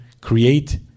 create